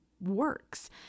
works